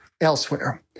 elsewhere